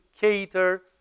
cater